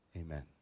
amen